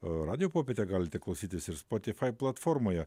radijo popietę galite klausytis ir spotifai platformoje